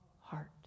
heart